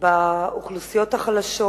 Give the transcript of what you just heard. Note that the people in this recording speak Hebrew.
באוכלוסיות החלשות,